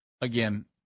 Again